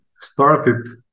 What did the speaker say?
started